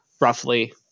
roughly